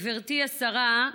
גברתי השרה,